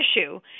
issue